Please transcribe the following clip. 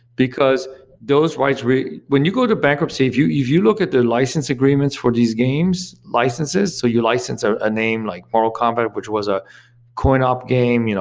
because those once we when you go to bankruptcy, if you you look at the license agreements for these games, licenses, so you license ah a name like mortal kombat, which was a coin-op game, you know